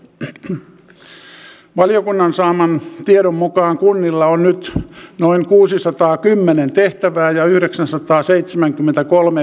ne kun uusia rahoitusmahdollisuuksia sitten haetaan niin on varmasti hyvä että valiokunta ja yhdeksänsataaseitsemänkymmentäkolme